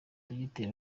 dogiteri